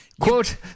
Quote